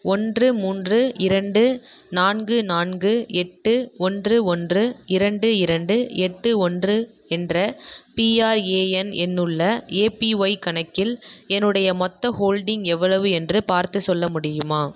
ஒன்று மூன்று இரண்டு நான்கு நான்கு எட்டு ஒன்று ஒன்று இரண்டு இரண்டு எட்டு ஒன்று என்ற பிஆர்ஏஎன் எண்ணுள்ள ஏபிஒய் கணக்கில் என்னுடைய மொத்த ஹோல்டிங் எவ்வளவு என்று பார்த்துச் சொல்ல முடியுமா